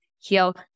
heal